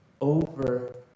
over